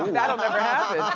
um that'll never happen!